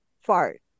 fart